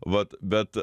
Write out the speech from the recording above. vat bet